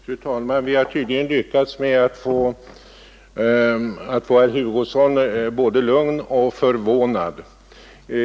Fru talman! Vi har tydligen lyckats med att få herr Hugosson både lugn och förvånad.